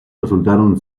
resultaron